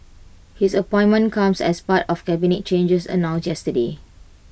his appointment comes as part of cabinet changes announced yesterday